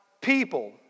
people